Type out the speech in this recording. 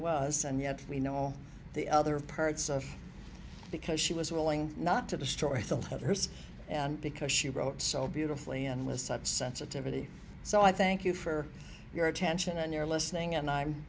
was and yet we know all the other parts of because she was willing not to destroy the others and because she wrote so beautifully and with such sensitivity so i thank you for your attention and your listening and i'm